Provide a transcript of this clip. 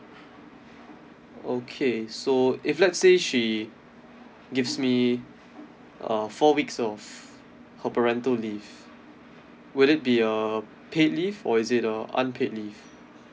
okay so if let's say she gives me uh four weeks of co parental leave will it be a paid leave or is it a unpaid leave